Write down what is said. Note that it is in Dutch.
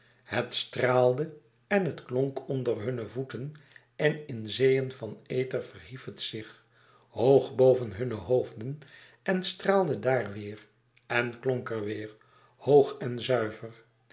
het straalde en het klonk onder hunne voeten en in zeeën van ether verhief het zich hoog boven hunne hoofden en straalde daar weêr en klonk er weêr hoog en zuiver